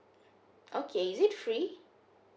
okay is it free